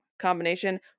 combination